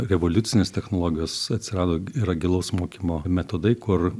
revoliucinės technologijos atsirado yra gilaus mokymo metodai kur